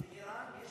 באיראן יש